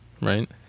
right